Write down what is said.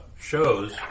shows